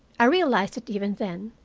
i realized it even then,